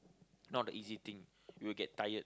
not a easy thing we will get tired